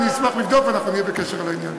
אני אשמח לבדוק, ונהיה בקשר בעניין.